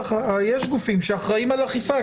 יש גופים שאחראים על אכיפה.